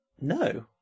no